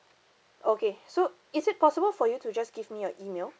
okay so is it possible for you to just give me your email